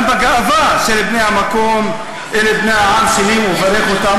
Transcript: גם בגאווה של בני המקום אל בני העם שלי ומברך אותם,